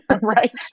right